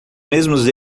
mesmos